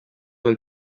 del